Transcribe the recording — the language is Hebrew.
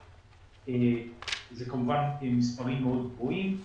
אלה כמובן מספרים מאוד גבוהים.